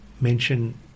mention